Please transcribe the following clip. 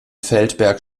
feldberg